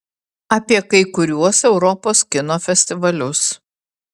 apie kai kuriuos europos kino festivalius